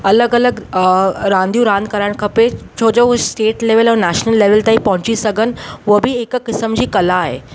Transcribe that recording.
अलॻि अलॻि रांदियूं रांदि करणु खपे छो जो हू स्टेट लेवल ऐं नेशनल लेवल ते पहुची सघनि उहो बि हिक क़िस्म जी कला आहे